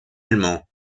allemands